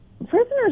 Prisoners